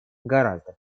гораздо